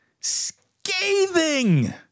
Scathing